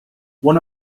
one